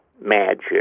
magic